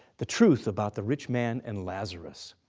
the truth about the rich man and lazarus.